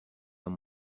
dans